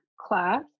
class